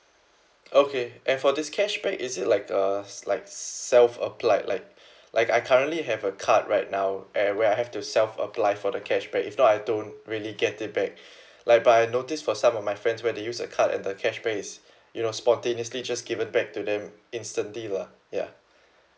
okay and for this cashback is it like uh like self-applied like like I currently have a card right now uh where I have to self-apply for the cashback if not I don't really get it back like but I noticed for some of my friends when they use the card and the cashback is you know spontaneously just given back to them instantly lah ya